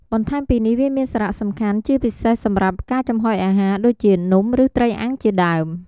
បន្ថែមពីនេះ វាមានសារៈសំខាន់ជាពិសេសសម្រាប់ការចំហុយអាហារ ដូចជា នំ ឬត្រីអាំងជាដើម។